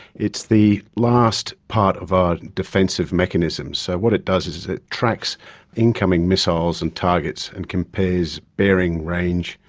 it's the last part of a defensive mechanism. so what it does is is it tracks incoming missiles and targets and compares bearing, range,